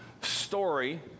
story